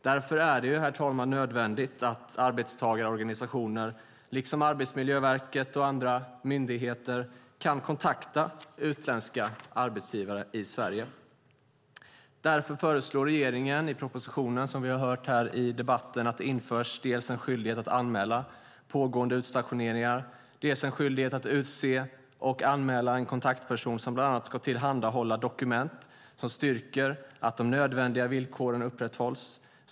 Därför är det, herr talman, nödvändigt att arbetstagarorganisationer liksom Arbetsmiljöverket och andra myndigheter kan kontakta utländska arbetsgivare i Sverige. Regeringen föreslår därför i propositionen att det införs dels en skyldighet att anmäla pågående utstationeringar, dels en skyldighet att utse och anmäla en kontaktperson som bland annat ska tillhandahålla dokument som styrker att de nödvändiga villkoren upprätthålls.